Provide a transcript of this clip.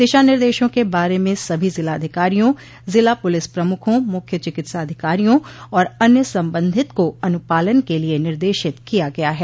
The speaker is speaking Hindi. दिशा निर्देशों के बारे में सभी जिलाधिकारियों जिला पुलिस प्रमुखों मुख्य चिकित्साधिकारियों और अन्य संबंधित को अनुपालन के लिये निर्देशित किया गया है